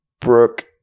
Brooke